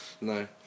no